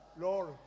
Lord